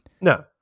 No